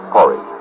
Corey